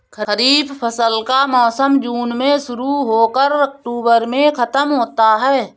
खरीफ फसल का मौसम जून में शुरू हो कर अक्टूबर में ख़त्म होता है